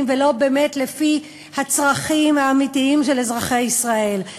ולא לפי הצרכים האמיתיים של אזרחי ישראל.